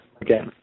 again